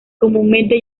comúnmente